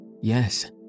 yes